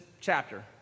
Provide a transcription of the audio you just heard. chapter